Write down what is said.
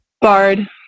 bard